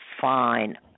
Fine